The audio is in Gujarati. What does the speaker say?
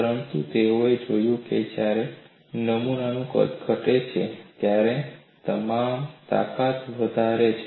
પરંતુ તેઓએ જોયું કે જ્યારે નમૂનાનું કદ ઘટે છે ત્યારે તાકાત વધે છે